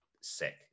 sick